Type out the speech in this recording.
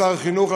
שר החינוך,